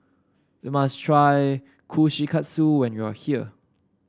you must try Kushikatsu when you are here